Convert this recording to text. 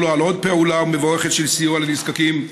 לו על עוד פעולה מבורכת של סיוע לנזקקים,